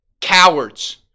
Cowards